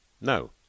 No